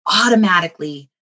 automatically